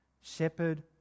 Shepherd